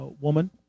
woman